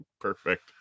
Perfect